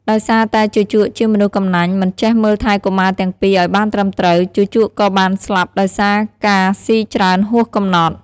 ដោយសារតែជូជកជាមនុស្សកំណាញ់ មិនចេះមើលថែកុមារទាំងពីរឱ្យបានត្រឹមត្រូវ ជូជកក៏បានស្លាប់ដោយសារការស៊ីច្រើនហួសកំណត់។